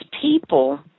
people